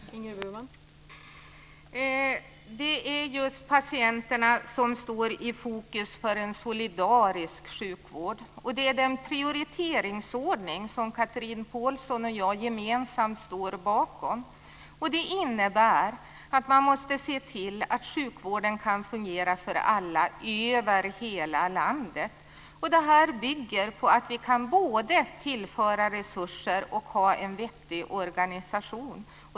Fru talman! Det är just patienterna som står i fokus för en solidarisk sjukvård, och det är den prioriteringsordning som Chatrine Pålsson och jag gemensamt står bakom. Det innebär att man måste se till att sjukvården kan fungera för alla över hela landet. Det här bygger på att vi kan både tillföra resurser och ha en vettig organisation.